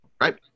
Right